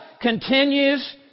continues